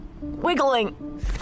Wiggling